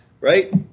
right